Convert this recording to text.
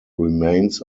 remains